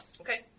Okay